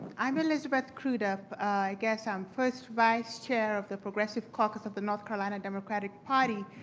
i'm elizabeth crudup. i guess i'm first vice chair of the progressive caucus of the north carolina democratic party.